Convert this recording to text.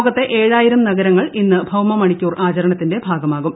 ലോകത്തെ ഏഴായിരം നഗരങ്ങൾ ഇന്ന് ഭൌമ മണിക്കൂർ ആചരണത്തിന്റെ ഭാഗമാകും